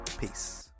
peace